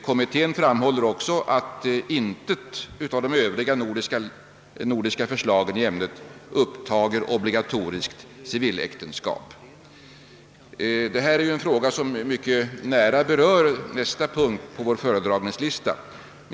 Kommittén framhåller också att intet av de övriga nordiska förslagen i ämnet upptar obligatoriskt civiläktenskap. Detta är en fråga som mycket nära berör nästa punkt på vår föredragningslista.